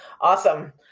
Awesome